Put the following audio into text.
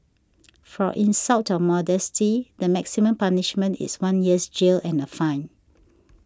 for insult of modesty the maximum punishment is one year's jail and a fine